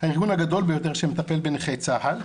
הארגון הגדול ביותר שמטפל בנכי צה"ל.